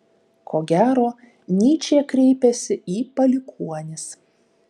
ko gero nyčė kreipiasi į palikuonis